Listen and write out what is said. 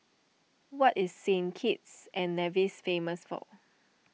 what is Saint Kitts and Nevis famous for